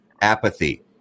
apathy